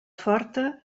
forta